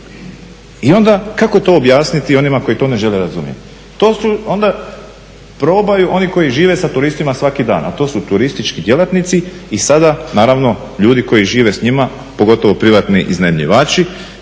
I onda kako to objasniti onima koji to ne žele razumjeti? To su onda, probaju oni koji žive sa turistima svaki dan a to su turistički djelatnici i sada naravno ljudi koji žive s njima, pogotovo privatni iznajmljivači